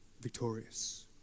victorious